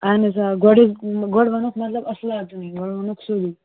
اَہن آ گۄڈَے گۄڈٕ وَنوکھ مطلب اَصلاتَنٕے گۄڈٕ وَنوکھ سیوٚدُے